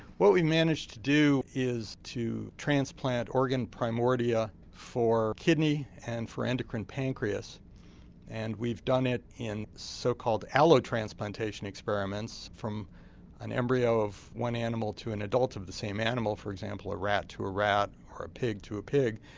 what we've managed to do is transplant organ primordia for kidney and for endocrine pancreas and we've done it in so called allotransplantation experiments from an embryo of one animal to an adult of the same animal for example a rat to a rat, or a pig to a pig.